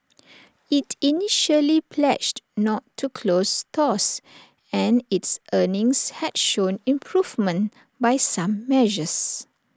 IT initially pledged not to close stores and its earnings had shown improvement by some measures